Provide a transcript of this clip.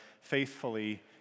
faithfully